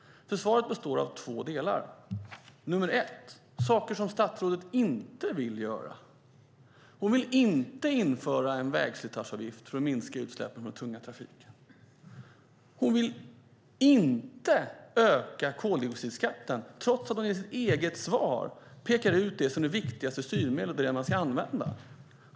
Svaret består av två delar. Nummer ett är saker som statsrådet inte vill göra. Hon vill inte införa en vägslitageavgift för att minska utsläppen från den tunga trafiken. Hon vill inte öka koldioxidskatten trots att hon i sitt eget svar pekar ut det som det viktigaste styrmedlet och det som man ska använda.